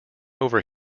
over